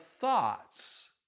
thoughts